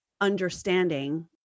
understanding